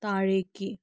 താഴേയ്ക്ക്